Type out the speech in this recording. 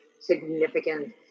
significant